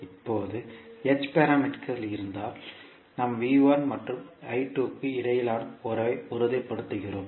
இப்போது h பாராமீட்டர்கள் இருந்தால் நாம் மற்றும் க்கு இடையிலான உறவை உறுதிப்படுத்துகிறோம்